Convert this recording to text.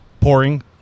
pouring